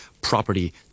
property